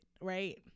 right